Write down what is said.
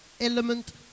element